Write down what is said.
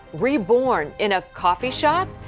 reborn in a coffee shop?